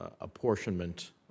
apportionment